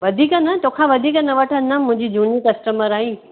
वधीक न तोखां वधीक न वठंदमि मुंहिंजी झूनी कस्टमर आईं